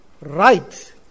right